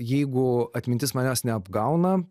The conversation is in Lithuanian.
jeigu atmintis manęs neapgauna